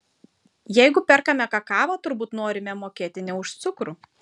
jeigu perkame kakavą turbūt norime mokėti ne už cukrų